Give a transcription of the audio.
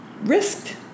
risked